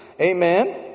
Amen